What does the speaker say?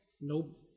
Nope